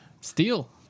Steel